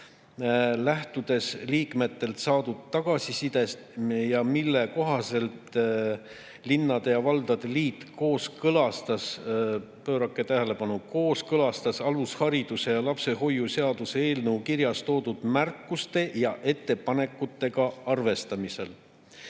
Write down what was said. lähtudes liikmetelt saadud tagasisidest. Selle kohaselt linnade ja valdade liit kooskõlastas – pöörake tähelepanu: "kooskõlastas" – alushariduse ja lapsehoiu seaduse eelnõu kirjas toodud märkuste ja ettepanekutega arvestamise